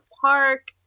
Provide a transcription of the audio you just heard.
park